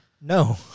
no